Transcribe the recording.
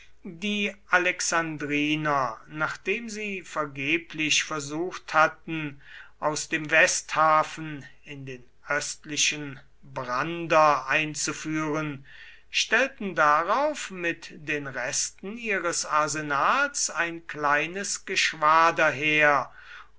die alexandriner nachdem sie vergeblich versucht hatten aus dem westhafen in den östlichen brander einzuführen stellten darauf mit den resten ihres arsenals ein kleines geschwader her